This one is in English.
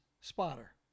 spotter